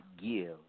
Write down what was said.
give